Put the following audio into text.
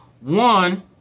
One